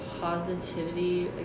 positivity